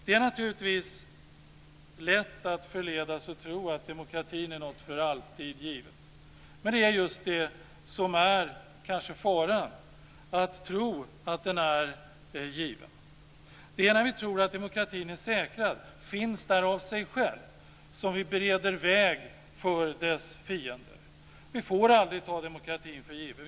Det är naturligtvis lätt att förledas att tro att demokratin är något för alltid givet. Det är det som är faran, dvs. att tro att den är given. Det är när vi tror att demokratin är säkrad, finns där av sig själv, som vi bereder väg för dess fiender. Vi får aldrig ta demokratin för given.